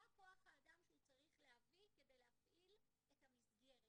מה כוח האדם שהוא צריך להביא כדי להפעיל את המסגרת.